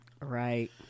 right